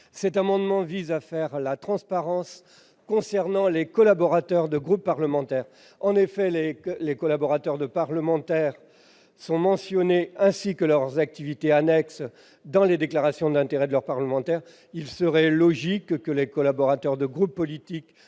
Cet amendement vise à instaurer de la transparence dans le statut des collaborateurs des groupes parlementaires. En effet, les collaborateurs des parlementaires sont mentionnés, ainsi que leurs activités annexes, dans les déclarations d'intérêts de leur parlementaire. Il serait logique que les collaborateurs des groupes politiques